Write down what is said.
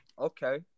Okay